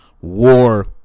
war